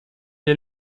est